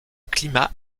climat